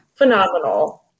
Phenomenal